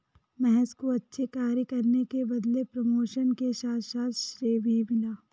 महेश को अच्छे कार्य करने के बदले प्रमोशन के साथ साथ श्रेय भी मिला